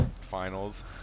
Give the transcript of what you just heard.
Finals